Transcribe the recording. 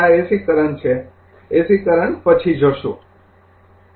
તેથી આ AC current છે એસી કરંટ પછી જોશું